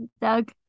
Doug